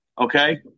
okay